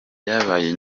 byabaye